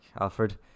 Alfred